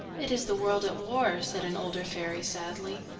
it is the world at war, said an older fairy sadly.